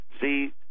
See